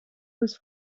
was